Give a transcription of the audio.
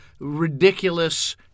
ridiculous